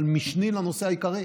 אבל משני לנושא העיקרי.